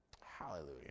Hallelujah